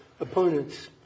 opponent's